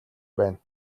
байна